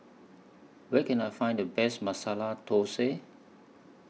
Where Can I Find The Best Masala Thosai